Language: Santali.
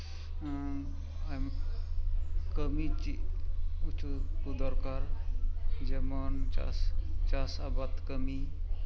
ᱠᱟᱹᱢᱤ ᱪᱮᱫ ᱦᱚᱪᱚ ᱠᱚ ᱫᱚᱨᱠᱟᱨ ᱡᱮᱢᱚᱱ ᱪᱟᱥ ᱪᱟᱥ ᱟᱵᱟᱫ ᱠᱟᱹᱢᱤ